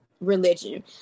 religion